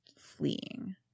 fleeing